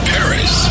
Paris